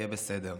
יהיה בסדר,